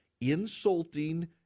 insulting